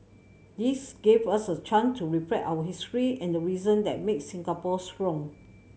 this gave us a chance to reflect our history and the reason that made Singapore strong